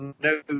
no